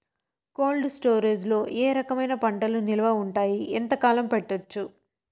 Cold storage లో ఏ రకమైన పంటలు నిలువ ఉంటాయి, ఎంతకాలం పెట్టొచ్చు?